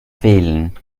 wählen